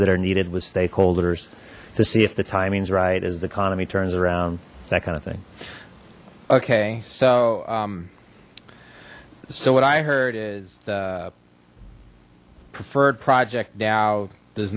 that are needed with stakeholders to see if the timings right as the economy turns around that kind of thing okay so so what i heard is the preferred project now does